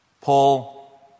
Paul